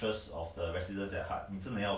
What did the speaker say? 我觉得很很难看的 right